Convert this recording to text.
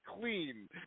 clean